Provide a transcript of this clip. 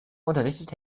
unterrichtete